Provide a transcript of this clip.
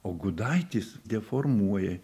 o gudaitis deformuoja